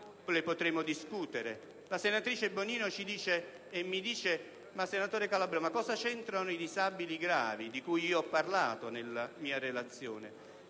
La senatrice Bonino, però, si chiede cosa c'entrino i disabili gravi di cui ho parlato nella mia relazione: